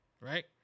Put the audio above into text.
Right